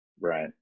right